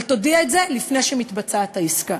אבל תודיע את זה לפני שמתבצעת העסקה.